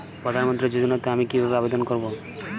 প্রধান মন্ত্রী যোজনাতে আমি কিভাবে আবেদন করবো?